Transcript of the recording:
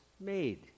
made